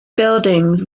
buildings